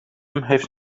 heeft